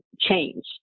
change